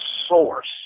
source